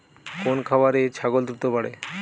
কোন খাওয়ারে ছাগল দ্রুত বাড়ে?